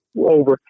over